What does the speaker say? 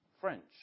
French